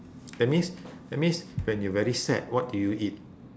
that means that means when you very sad what do you eat